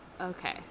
okay